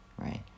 right